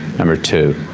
number two.